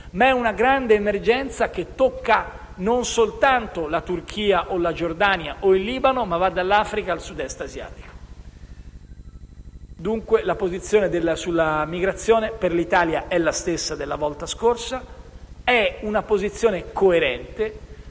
di una grande emergenza che non tocca soltanto la Turchia, la Giordania o il Libano, ma va dall'Africa al Sud-Est asiatico. Dunque, la posizione dell'Italia sulla migrazione è la stessa della volta scorsa, cioè una posizione coerente.